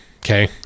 okay